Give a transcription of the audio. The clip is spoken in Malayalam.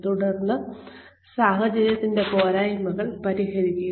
തുടർന്ന് സാഹചര്യത്തിന്റെ പോരായ്മകൾ പരിഹരിക്കുക